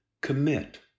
Commit